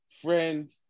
friend